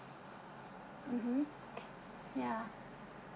mmhmm ya